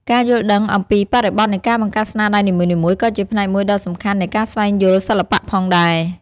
ការយល់ដឹងអំពីបរិបទនៃការបង្កើតស្នាដៃនីមួយៗក៏ជាផ្នែកមួយដ៏សំខាន់នៃការស្វែងយល់សិល្បៈផងដែរ។